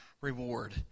reward